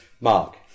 Mark